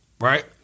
Right